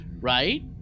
Right